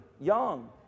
young